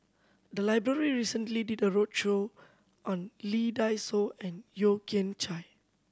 the library recently did a roadshow on Lee Dai Soh and Yeo Kian Chai